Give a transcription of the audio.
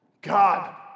God